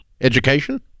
education